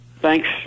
Thanks